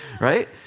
right